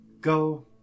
Go